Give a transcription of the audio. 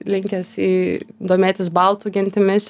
linkęs į domėtis baltų gentimis